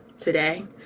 today